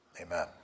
Amen